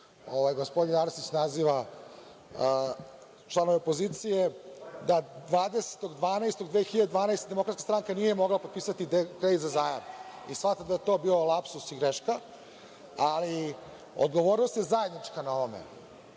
gospodin Arsić naziva članove opozicije, da 20.12.2012. godine Demokratska stranka nije mogla potpisati kredit za zajam. Svakako je to bio lapsus i greška, ali odgovornost je zajednička na ovome,